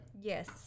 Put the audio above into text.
yes